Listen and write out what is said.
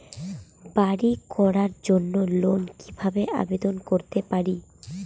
বাড়ি করার জন্য লোন কিভাবে আবেদন করতে পারি?